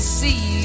see